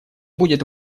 будет